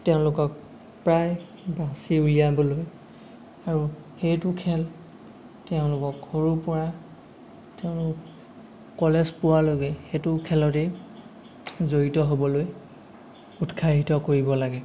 তেওঁলোকক প্ৰায় বাচি উলিয়াবলৈ আৰু সেইটো খেল তেওঁলোকক সৰুৰ পৰা তেওঁলোক কলেজ পোৱালৈকে সেইটো খেলতে জড়িত হ'বলৈ উৎসাহিত কৰিব লাগে